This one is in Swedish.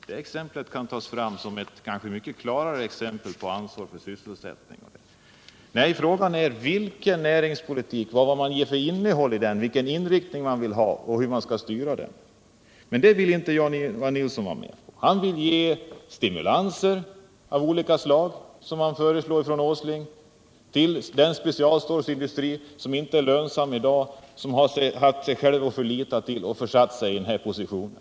Den industrin kan tas fram som ett mycket klart exempel på ansvar för sysselsättningen. Nej, frågan är: Vilken näringspolitik skall vi ha? Vilken inriktning skall den ha och hur skall man styra den? Men Jan-Ivan Nilsson vill inte vara med om att föra en heltäckande politik. Han vill ge stimulanser av olika slag, som Åsling föreslår, till den specialstålindustri som inte är lönsam i dag, som har haft sig själv att lita till och som har försatt sig i den här positionen.